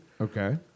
Okay